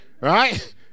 Right